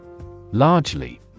Largely